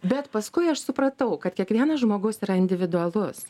bet paskui aš supratau kad kiekvienas žmogus yra individualus